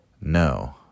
no